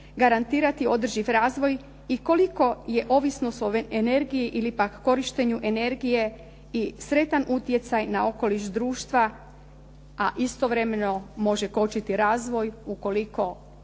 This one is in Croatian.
garantirati održiv razvoj i koliko je ovisnost o energiji ili pak korištenju energije i sretan utjecaj na okoliš društva, a istovremeno može kočiti razvoj ukoliko